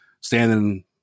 standing